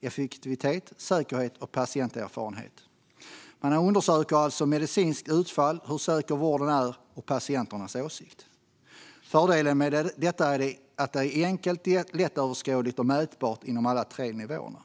effektivitet, säkerhet och patienterfarenhet. Man undersöker alltså medicinskt utfall, hur säker vården är och patienternas åsikt. Fördelen med detta är att det är enkelt, lättöverskådligt och mätbart på alla tre nivåerna.